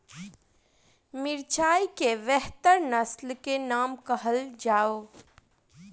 मिर्चाई केँ बेहतर नस्ल केँ नाम कहल जाउ?